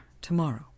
tomorrow